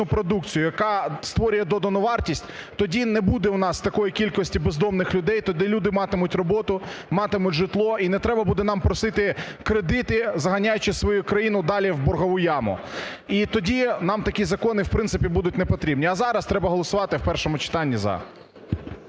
продукцію, яка створює додану вартість, тоді не буде у нас такої кількості бездомних людей, тоді люди матимуть роботу, матимуть житло і не треба буде нам просити кредити, заганяючи свою країну далі в боргову яму. І тоді нам такі закони в принципі будуть непотрібні. А зараз треба голосувати в першому читанні "за".